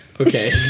Okay